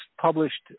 published